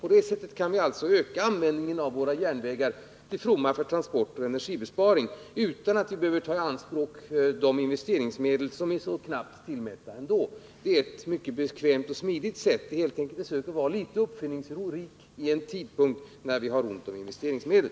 På det sättet kan vi öka användningen av våra järnvägar, till fromma för transporterna och med sparande av energi, utan att behöva ta i anspråk de investeringsmedel som ändå är så knappt tillmätta. Det är ett bekvämt och smidigt förfarande, helt enkelt ett sätt att vara uppfinningsrik vid en tidpunkt när vi har ont om investeringsmedel.